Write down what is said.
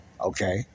Okay